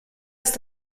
ist